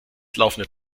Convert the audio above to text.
laufende